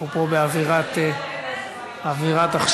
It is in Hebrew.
אנחנו פה באווירת החשכה.